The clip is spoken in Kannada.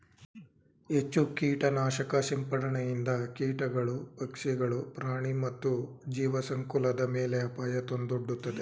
ಹೆಚ್ಚು ಕೀಟನಾಶಕ ಸಿಂಪಡಣೆಯಿಂದ ಕೀಟಗಳು, ಪಕ್ಷಿಗಳು, ಪ್ರಾಣಿ ಮತ್ತು ಜೀವಸಂಕುಲದ ಮೇಲೆ ಅಪಾಯ ತಂದೊಡ್ಡುತ್ತದೆ